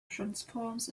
transforms